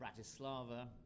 Bratislava